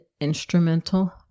instrumental